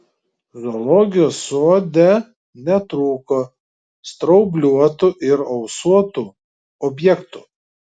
zoologijos sode netrūko straubliuotų ir ausuotų objektų